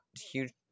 Huge